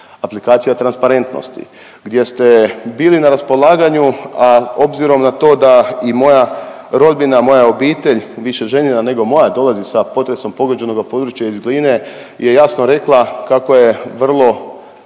Aplikacija transparentnosti gdje ste bili na raspolaganju, a obzirom na to da i moja rodbina, moja obitelj, više ženina nego moja dolazi sa potresom pogođenoga područja iz Gline je jasno rekla kako je vrlo